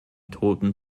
toten